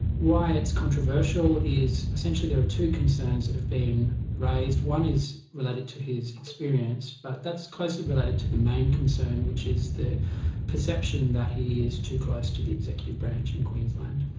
why it's controversial is essentially there are two concerns that have been raised, one is related to his experience, but that's closely related to the main concern which is the perception that he is too close to the executive branch in queensland.